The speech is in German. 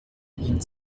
ihn